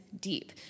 deep